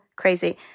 crazy